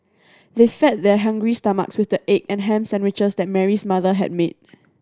they fed their hungry stomachs with the egg and ham sandwiches that Mary's mother had made